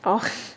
oh